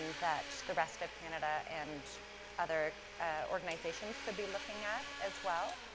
that the rest of canada and other organisations could be looking at as well.